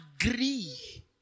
agree